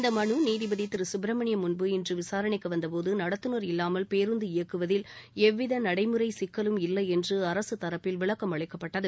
இந்தமனுநீதிபதிதிருசுப்ரமணியம் முன்பு இன்றுவிசாரணைக்குவந்தபோது நடத்துனர் இல்லாமல் பேருந்து இயக்குவதில் எல்விதநடைமுறைசிக்கலும் இல்லைஎன்றுஅரசுதரப்பில் விளக்கம் அளிக்கப்பட்டது